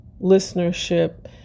listenership